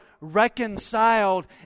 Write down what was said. reconciled